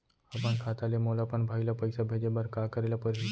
अपन खाता ले मोला अपन भाई ल पइसा भेजे बर का करे ल परही?